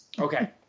okay